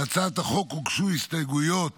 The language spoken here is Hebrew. להצעת החוק הוגשו הסתייגויות